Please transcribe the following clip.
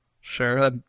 Sure